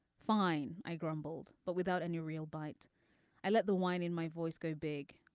fine i grumbled but without any real bite i let the whine in my voice go big.